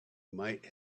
might